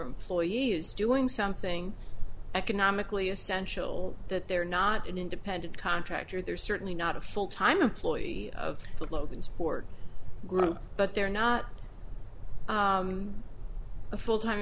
employee is doing something economically essential that they're not an independent contractor they're certainly not a full time employee of the logansport grow but they're not a full time